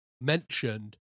mentioned